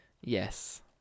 Yes